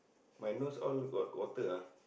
my nose all got water ah